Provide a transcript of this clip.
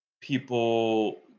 people